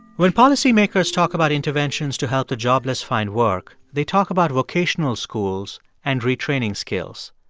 when policymakers talk about interventions to help the jobless find work, they talk about vocational schools and retraining skills.